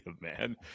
man